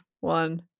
one